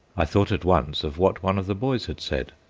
i thought at once of what one of the boys had said,